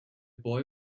boy